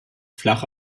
flach